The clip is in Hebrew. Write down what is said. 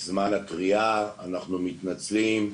"זמן הקריאה", "אנחנו מתנצלים",